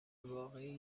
واقعی